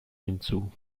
hinzu